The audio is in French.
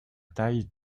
taille